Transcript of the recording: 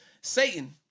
Satan